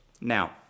Now